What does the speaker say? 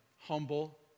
humble